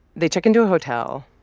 they check into a hotel.